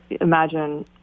imagine